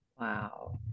Wow